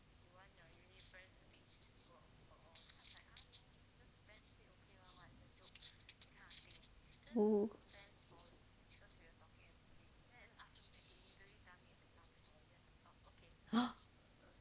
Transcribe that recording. who !huh!